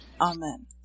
Amen